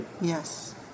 Yes